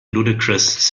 ludicrous